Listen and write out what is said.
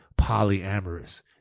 polyamorous